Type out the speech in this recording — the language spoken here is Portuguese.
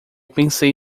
pensei